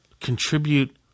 contribute